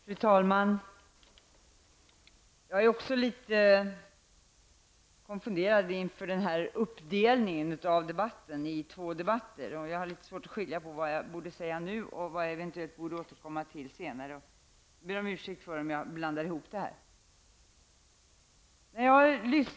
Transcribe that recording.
Fru talman! Jag är litet konfunderad över uppdelningen på två debatter. För min del har jag litet svårt att skilja på vad jag bör säga nu och vad jag bör återkomma till senare. Om jag blandar ihop det här ber jag om ursäkt.